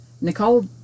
Nicole